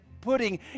putting